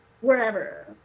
wherever